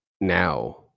now